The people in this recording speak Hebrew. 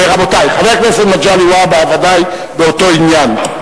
רבותי, חבר הכנסת מגלי והבה, ודאי באותו עניין.